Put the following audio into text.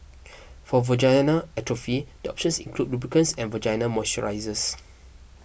for vaginal atrophy the options include lubricants and vaginal moisturisers